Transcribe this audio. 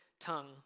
tongue